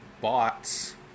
bots